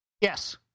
Yes